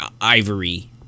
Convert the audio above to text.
ivory